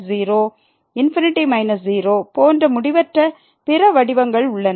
∞ 0 போன்ற முடிவற்ற பிற வடிவங்கள் உள்ளன